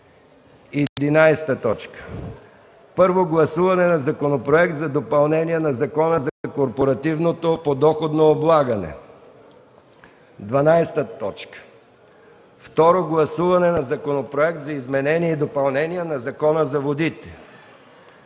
11. Първо гласуване на Законопроект за допълнение на Закона за корпоративното подоходно облагане. 12. Второ гласуване на Законопроект за изменение и допълнение на Закона за водите.